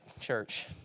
church